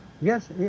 Yes